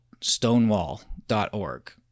stonewall.org